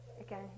Again